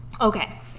Okay